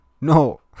No